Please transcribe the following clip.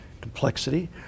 complexity